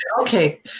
Okay